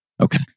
Okay